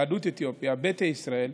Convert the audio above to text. יהדות אתיופיה, ביתא ישראל,